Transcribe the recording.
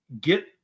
get